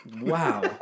Wow